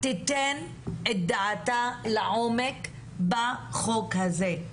תיתן את דעתה לעומק בחוק הזה.